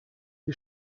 sie